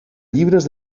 llibres